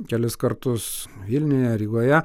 kelis kartus vilniuje rygoje